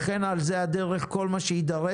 ועל הדרך כל מה שיידרש.